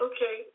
Okay